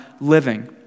living